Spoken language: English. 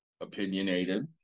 opinionated